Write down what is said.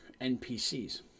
NPCs